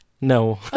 No